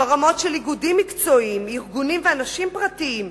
חרם של איגודים מקצועיים, ארגונים ואנשים פרטיים,